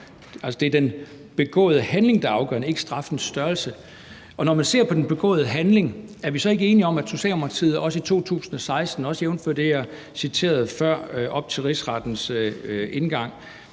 det er den begåede handling, der er afgørende, ikke straffens størrelse. Og når man ser på den begåede handling, er vi så ikke også enige om, at Socialdemokratiets holdning i 2016, også jævnfør det, jeg citerede før, op til rigsretssagens indgang,